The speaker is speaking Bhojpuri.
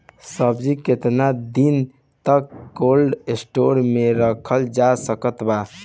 सब्जी केतना दिन तक कोल्ड स्टोर मे रखल जा सकत बा?